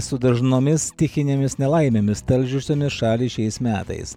su dažnomis stichinėmis nelaimėmis talžiusiomis šalį šiais metais